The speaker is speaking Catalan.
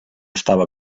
estava